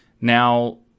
Now